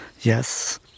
yes